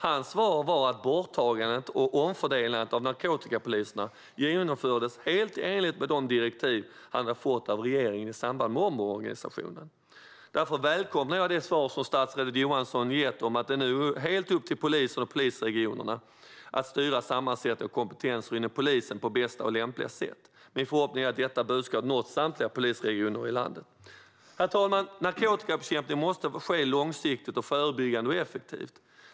Hans svar var att borttagandet och omfördelandet av narkotikapoliserna genomfördes helt i enlighet med de direktiv han hade fått av regeringen i samband med omorganisationen. Därför välkomnar jag det svar som statsrådet Johansson har gett om att det nu är helt upp till polisen och polisregionerna att styra sammansättning och kompetenser inom polisen på bästa och mest lämpliga sätt. Min förhoppning är att detta budskap har nått samtliga polisregioner i landet. Herr talman! Narkotikabekämpning måste få ske långsiktigt, förebyggande och effektivt.